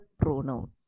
pronoun